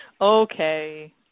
okay